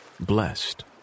blessed